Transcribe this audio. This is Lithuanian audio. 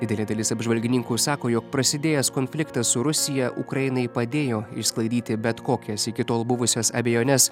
didelė dalis apžvalgininkų sako jog prasidėjęs konfliktas su rusija ukrainai padėjo išsklaidyti bet kokias iki tol buvusias abejones